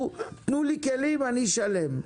תנו לי כלים אני אשלם,